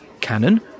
canon